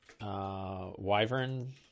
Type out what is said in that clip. wyvern